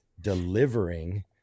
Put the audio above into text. delivering